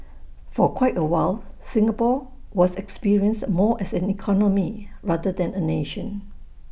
for quite A while Singapore was experienced more as an economy rather than A nation